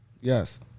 yes